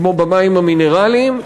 כמו במים המינרליים,